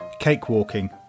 cakewalking